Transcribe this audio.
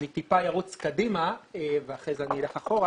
אני ארוץ קצת קדימה ואחר כך אני אלך אחורה.